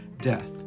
death